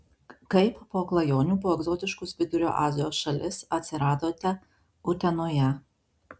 kaip po klajonių po egzotiškas vidurio azijos šalis atsiradote utenoje